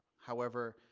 however,